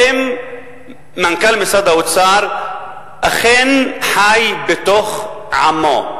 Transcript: האם מנכ"ל משרד האוצר אכן חי בתוך עמו?